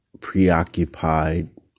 preoccupied